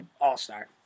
all-star